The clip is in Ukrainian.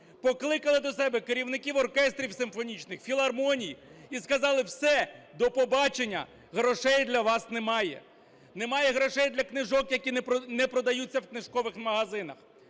Покликали до себе керівників оркестрів симфонічних, філармоній і сказали: "Все, до побачення, грошей для вас немає". Немає грошей для книжок, які не продаються в книжкових магазинах,